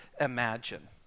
imagine